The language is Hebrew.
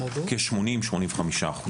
כ-85%-80%.